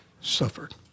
suffered